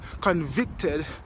convicted